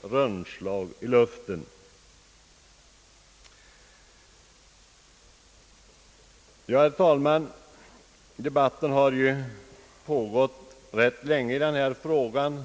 som slag i luften. Herr talman! Debatten i denna fråga har nu pågått rätt länge.